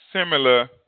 similar